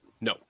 No